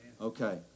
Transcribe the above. okay